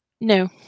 No